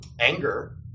Anger